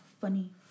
funny